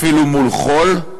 אפילו מול חול,